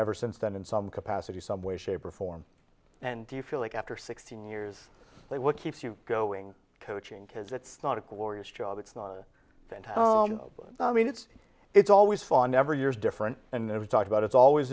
ever since then in some capacity some way shape or form and do you feel like after sixteen years what keeps you going coaching kids it's not a glorious job it's not that i mean it's it's always fun every years different and it was talked about it's always